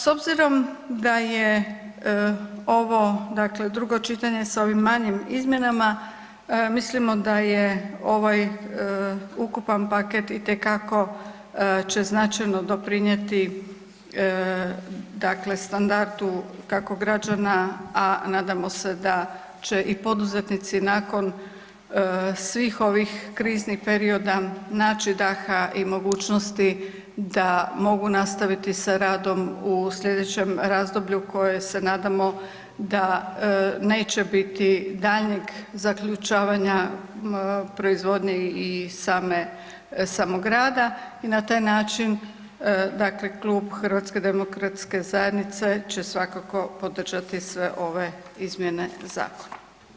S obzirom da je ovo dakle, drugo čitanje, sa ovim manjim izmjenama, mislimo da je ovaj ukupan paket itekako će značajno doprinijeti, dakle standardu, kako građana, a nadamo se da će i poduzetnici nakon svih ovih kriznih perioda naći daha i mogućnosti da mogu nastaviti sa radom u sljedećem razdoblju koje se nadamo da neće biti daljnjeg zaključavanja proizvodnje i samog rada i na taj način, dakle Klub HDZ-a će svakako podržati sve ove izmjene zakona.